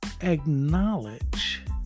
acknowledge